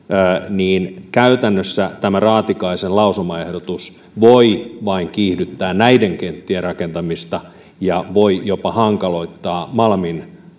niin käytännössä tämä raatikaisen lausumaehdotus voi vain kiihdyttää näiden kenttien rakentamista ja voi jopa hankaloittaa malmin